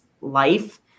life